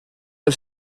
del